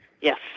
yes